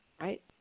right